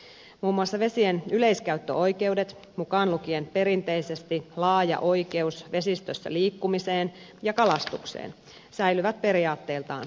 muun muassa vesien yleiskäyttöoikeudet mukaan lukien perinteisesti laaja oikeus vesistössä liikkumiseen ja kalastukseen säilyvät periaatteiltaan ennallaan